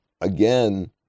again